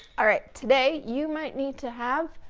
all right, today, you might need to have,